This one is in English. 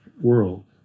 world